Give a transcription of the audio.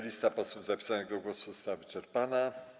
Lista posłów zapisanych do głosu została wyczerpana.